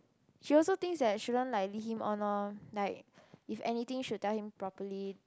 she also thinks that she won't like lead him on loh like if anything she will tell him properly